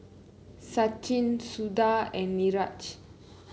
Sachin Suda and Niraj